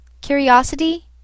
Curiosity